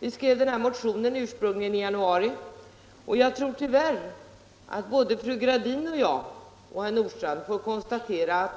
Vi skrev motionen ursprungligen i januari, och jag tror att såväl fru Gradin som jag och herr Nordstrandh tyvärr får konstatera att